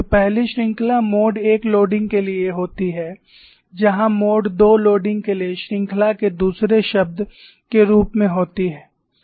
तो पहली श्रृंखला मोड I भार के लिए होती है जहां मोड II भार के लिए श्रृंखला के दूसरे शब्द के रूप में होती है